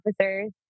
officers